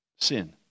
sin